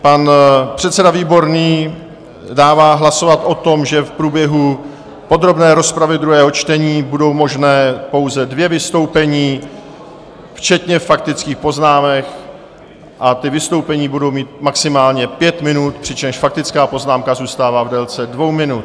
Pan předseda Výborný dává hlasovat o tom, že v průběhu podrobné rozpravy druhého čtení budou možná pouze dvě vystoupení, včetně faktických poznámek, a ta vystoupení budou mít maximálně pět minut, přičemž faktická poznámka zůstává v délce dvou minut.